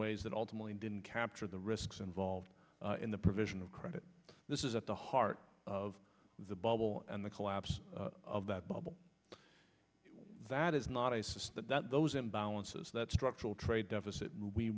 ways that ultimately didn't capture the risks involved in the provision of credit this is at the heart of the bubble and the collapse of that bubble that is not a system that those imbalances that structural trade deficit we